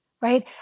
right